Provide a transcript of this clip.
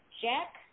Jack